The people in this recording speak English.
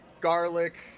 garlic